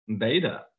data